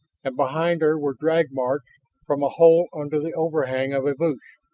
and behind her were drag marks from a hole under the overhang of a bush.